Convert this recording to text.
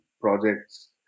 projects